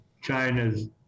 China's